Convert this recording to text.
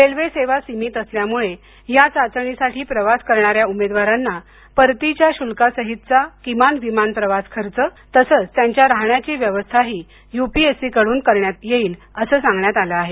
railway सेवा सीमित असल्यामुळे या चाचणीसाठी प्रवास करणाऱ्या उमेदवारांना परतीच्या शुल्कासहितचा किमान विमान प्रवास खर्च तसंच त्यांच्या राहण्याची व्यवस्थाही यु पी एस सी कडून देण्यात येईल असं सांगण्यात आलं आहे